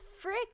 frick